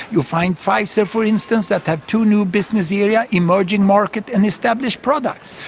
you find pfizer for instance that have two new business areas, emerging markets and established products.